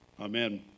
amen